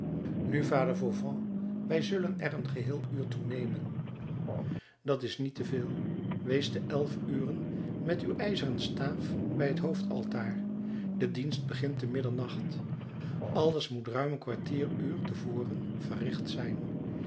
nu vader fauvent wij zullen er een geheel uur toe nemen dat is niet te veel wees te elf uren met uw ijzeren staaf bij het hoofdaltaar de dienst begint te middernacht alles moet ruim een kwartieruurs te voren verricht zijn